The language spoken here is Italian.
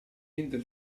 entra